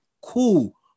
Cool